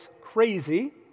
crazy